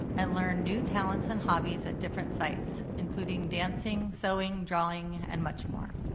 and learn new talents and hobbies at different sites, including dancing, sewing, drawing and much more.